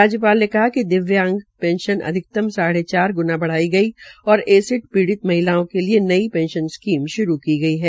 राज्यपाल ने कहा कि दिव्यांग पेशन अधिकतम साढ़े चार ग्णा ब्राई गई और ऐसिड पीडित महिलाओं के लिये नई पेंशन स्कीम श्रू की गई है